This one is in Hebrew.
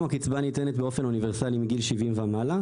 זה חלק מאותן זכויות בסיסיות.